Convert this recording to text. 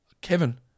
Kevin